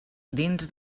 dins